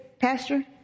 Pastor